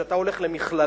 כשאתה הולך למכללה,